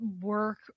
work